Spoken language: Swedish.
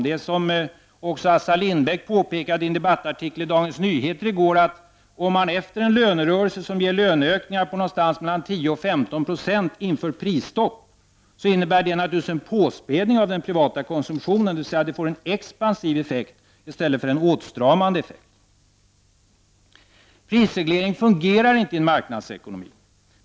Det är så, som också professor Assar Lindbeck påpekade i en debattartikel i Dagens Nyheter i går, att om man efter en lönerörelse som ger löneökningar på någonstans mellan 10 och 15 26 inför prisstopp innebär det naturligtvis en påspädning av den privata konsumtionen, dvs. det får en expansiv effekt i stället för en åtstramande effekt. Prisreglering fungerar inte i en marknadsekonomi.